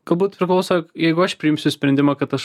galbūt priklauso jeigu aš priimsiu sprendimą kad aš